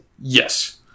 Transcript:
Yes